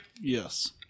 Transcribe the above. Yes